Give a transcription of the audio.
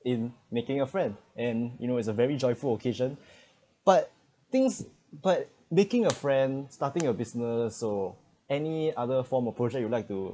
in making a friend and you know it's a very joyful occasion but things but making a friend starting your business so any other form or project you like to